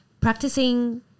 practicing